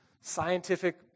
scientific